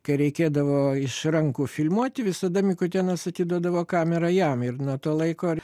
kai reikėdavo iš rankų filmuoti visada mikutėnas atiduodavo kamerą jam ir nuo to laiko ir